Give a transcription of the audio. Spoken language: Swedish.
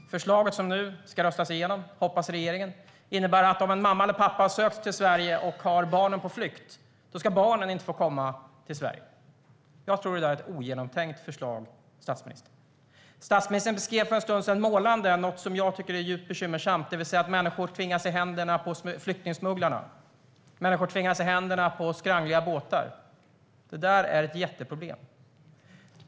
Det förslag som regeringen nu vill ska röstas igenom innebär att om en mamma eller pappa har sökt sig till Sverige och har barnen på flykt så ska barnen inte få komma till Sverige. Jag tror att det är ett ogenomtänkt förslag, statsministern! Statsministern beskrev för en stund sedan målande något som jag tycker är djupt bekymmersamt, nämligen att människor tvingas i händerna på flyktingsmugglare med skrangliga båtar. Det är ett jätteproblem.